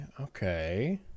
okay